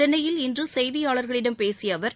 சென்னையில் இன்று செய்தியாளர்களிடம் பேசிய அவர்